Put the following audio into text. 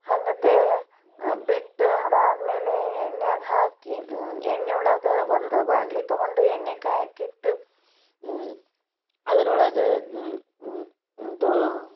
ಹಂಗಂತ ಬಿಟ್ಟು ಅದಾದಮೇಲೆ ಎಣ್ಣ್ಯಾಗೆ ಹಾಕಿ ಎಣ್ಣೆ ಒಳಗೆ ಒಂದು ಬಾಣಲಿ ತಗೊಂಡು ಎಣ್ಣೆ ಕಾಯೋಕಿಟ್ಟು ಅದ್ರೊಳ್ಗೆ ಇದು